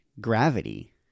gravity